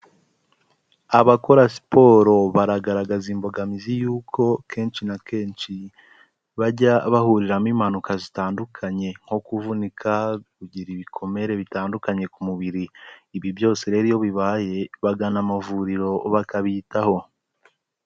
Abakora siporo baragaragaza imbogamizi y'uko kenshi na kenshi bajya bahuriramo impanuka zitandukanye nko kuvunika, kugira ibikomere bitandukanye ku mubiri, ibi byose rero iyo bibaye bagana amavuriro bakabitaho.